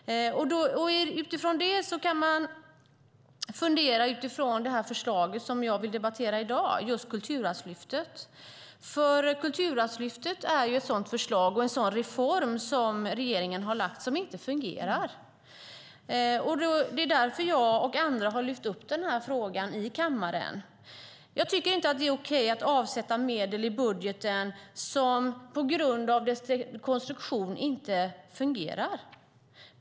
Låt oss fundera med utgångspunkt i det förslag jag vill debattera i dag, det vill säga Kulturarvslyftet. Kultursarvslyftet är ett förslag och en reform som regeringen har lagt fram som inte fungerar. Det är därför jag och andra har lyft upp frågan i kammaren. Det är inte okej att avsätta medel i budgeten men som på grund av konstruktionen inte fungerar.